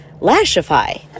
Lashify